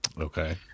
Okay